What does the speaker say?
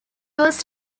was